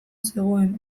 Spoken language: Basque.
zegoen